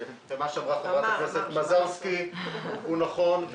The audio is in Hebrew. ומה שאמרה חברת הכנסת מזרסקי הוא נכון,